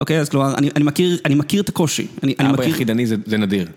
אוקיי, אז כלומר, אני מכיר את הקושי, אני מכיר... אבא יחידני זה נדיר.